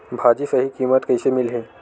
भाजी सही कीमत कइसे मिलही?